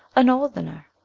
a northerner.